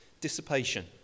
Dissipation